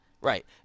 Right